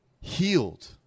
Healed